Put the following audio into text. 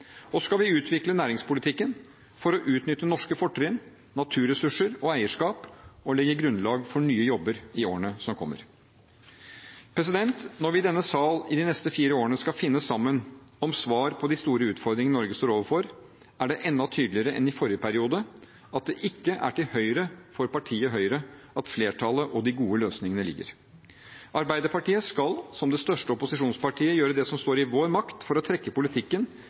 Vi skal utvikle næringspolitikken for å utnytte norske fortrinn, naturressurser og eierskap og legge grunnlag for nye jobber i årene som kommer. Når vi i denne sal i de neste fire årene skal finne sammen om svar på de store utfordringene Norge står overfor, er det enda tydeligere enn i forrige periode at det ikke er til høyre for partiet Høyre flertallet og de gode løsningene ligger. Arbeiderpartiet skal som det største opposisjonspartiet gjøre det som står i vår makt for å trekke politikken